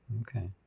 okay